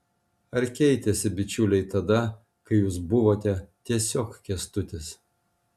ar keitėsi bičiuliai tada kai jūs buvote tiesiog kęstutis